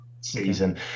season